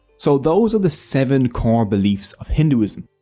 so those are the seven core beliefs of hinduism.